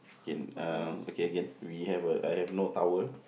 gain uh okay again we have uh I have no towel